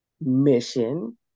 mission